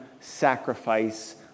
sacrifice